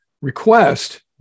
request